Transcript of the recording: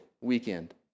weekend